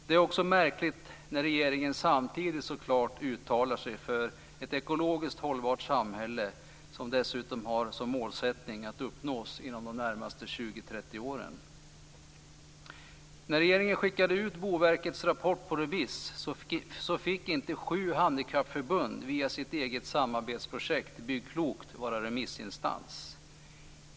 Det är också märkligt när regeringen samtidigt så klart uttalar sig för ett ekologiskt hållbart samhälle - ett mål som ska uppnås inom 20-30 år. När regeringen skickade ut Boverkets rapport på remiss fick inte sju handikappförbund via sitt samarbetsprojekt Bygg klokt vara remissinstans.